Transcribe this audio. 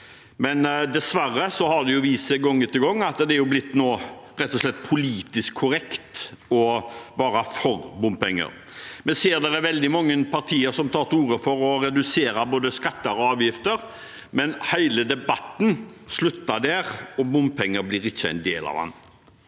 dessverre har det vist seg gang etter gang at det nå er blitt politisk korrekt å være for bompenger. Vi ser at det er veldig mange partier som tar til orde for å redusere både skatter og avgifter, men hele debatten slutter der, og bompenger blir ikke en del den.